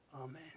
Amen